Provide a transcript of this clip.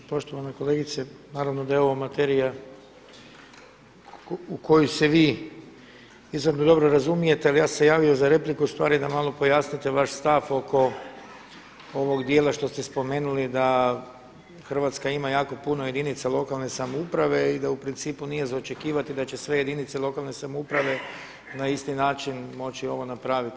Poštovana kolegice naravno da je ovo materija u kojoj se vi izrazito dobro razumijete ali ja sam se javio za repliku ustvari da malo pojasnite vaš stav oko ovog djela što ste spomenuli da Hrvatska ima jako puno jedinica lokalne samouprave i da u principu nije za očekivati da će sve jedinice lokalne samouprave na isti način moći ovo napraviti.